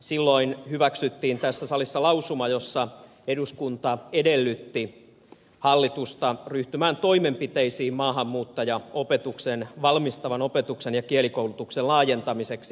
silloin hyväksyttiin tässä salissa lausuma jossa eduskunta edellytti hallitusta ryhtymään toimenpiteisiin maahanmuuttajien valmistavan opetuksen ja kielikoulutuksen laajentamiseksi